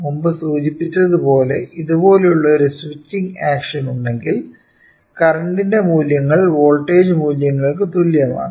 മുമ്പ് സൂചിപ്പിച്ചതുപോലെ ഇതുപോലുള്ള ഒരു സ്വിച്ചിംഗ് ആക്ഷൻ ഉണ്ടെങ്കിൽ കറന്റ്ൻറെ മൂല്യങ്ങൾ വോൾട്ടേജു മൂല്യങ്ങൾക്കു തുല്യമാണ്